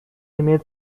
имеет